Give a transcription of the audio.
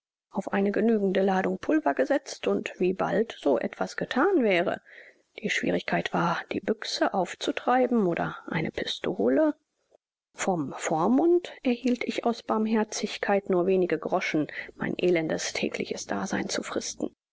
auf eine genügende ladung pulver gesetzt und wie bald so etwas gethan wäre die schwierigkeit war die büchse aufzutreiben oder eine pistole vom vormund erhielt ich aus barmherzigkeit nur wenige groschen mein elendes tägliches dasein zu fristen